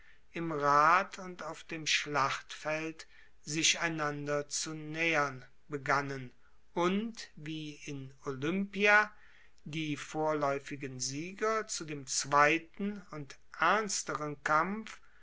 im rat und auf dem schlachtfeld sich einander zu naehern begannen und wie in olympia die vorlaeufigen sieger zu dem zweiten und ernsteren kampf